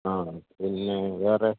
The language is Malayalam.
ആഹ് പിന്നെ വേറെ